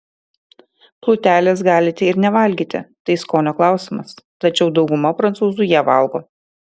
plutelės galite ir nevalgyti tai skonio klausimas tačiau dauguma prancūzų ją valgo